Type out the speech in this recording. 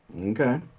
Okay